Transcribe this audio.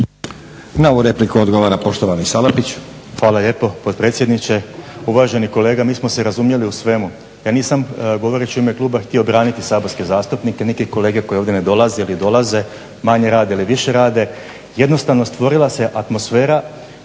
Na ovu repliku odgovara poštovani Salapić.